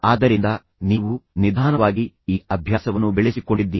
ಆದ್ದರಿಂದ ನೀವು ನಿಧಾನವಾಗಿ ನೀವು ಈ ಅಭ್ಯಾಸವನ್ನು ಬೆಳೆಸಿಕೊಂಡಿದ್ದೀರಿ